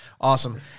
awesome